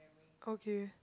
okay